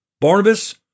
Barnabas